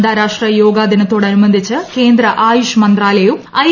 അന്താരാഷ്ട്ര യോഗദിനത്തോടനുബന്ധിച്ച് കേന്ദ്ര ആയുഷ് മന്ത്രാലയവും ഐ